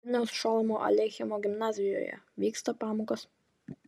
vilniaus šolomo aleichemo gimnazijoje vyksta pamokos